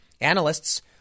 Analysts